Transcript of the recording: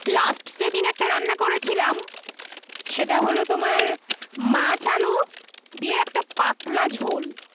last সেদিন একটা রান্না করেছিলাম সেটা হল তোমার মাছ আলু দিয়ে একটা পাতলা ঝোল